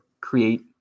create